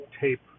tape